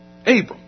Abram